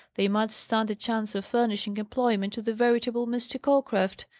they might stand a chance of furnishing employment to the veritable mr. calcraft,